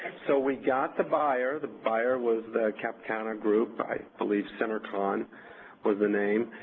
so we got the buyer, the buyer was the cap cana group, i believe centercon was the name,